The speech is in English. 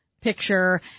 picture